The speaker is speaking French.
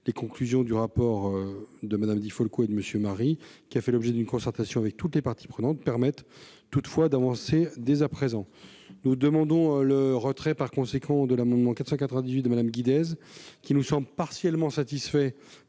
Les conclusions du rapport de Mme Di Folco et de M. Marie, qui a fait l'objet d'une concertation avec toutes les parties prenantes, permettent toutefois d'avancer dès à présent. Nous demandons par conséquent le retrait de l'amendement n° 498 rectifié, qui nous paraît partiellement satisfait